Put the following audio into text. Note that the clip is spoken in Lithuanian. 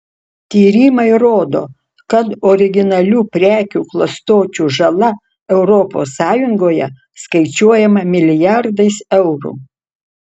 tyrimai rodo kad originalių prekių klastočių žala europos sąjungoje skaičiuojama milijardais eurų